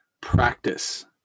practice